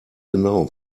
genau